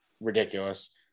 ridiculous